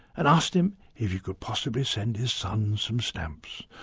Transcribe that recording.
and asked him if he could possibly send his son some stamps.